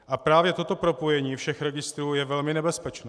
A právě toto propojení všech registrů je velmi nebezpečné.